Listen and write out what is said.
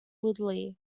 woodley